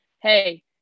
Hey